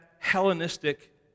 Hellenistic